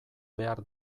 behar